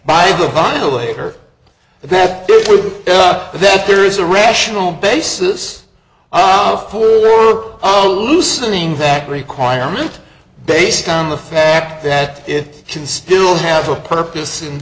by the final later that prove that there is a rational basis for loosening that requirement based on the fact that it can still have a purpose and